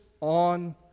on